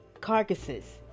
carcasses